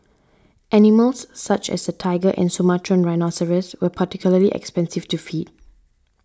animals such as the tiger and Sumatran rhinoceros were particularly expensive to feed